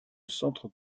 centres